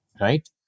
right